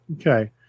Okay